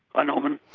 norman.